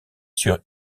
sur